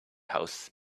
house